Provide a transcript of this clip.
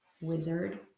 wizard